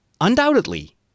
undoubtedly